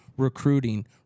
recruiting